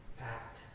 Act